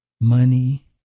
money